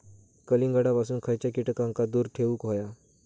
कलिंगडापासून खयच्या कीटकांका दूर ठेवूक व्हया?